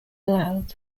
allowed